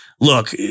look